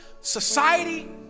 society